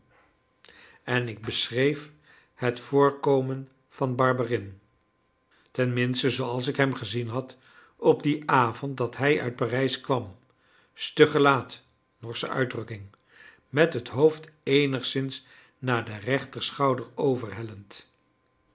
en ik beschreef het voorkomen van barberin tenminste zooals ik hem gezien had op dien avond dat hij uit parijs kwam stug gelaat norsche uitdrukking met het hoofd eenigszins naar den